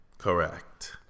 Correct